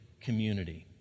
community